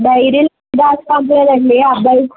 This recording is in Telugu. డైరీ రాసి పంపలేదాండి ఆ అబ్బాయి